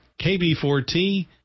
KB4T